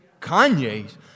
Kanye's